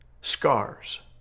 scars